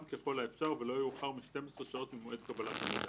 ככל האפשר ולא יאוחר מ-12 שעות ממועד קבלת המידע,